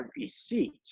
receipt